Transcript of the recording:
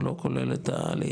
הוא לא כולל את העלייה,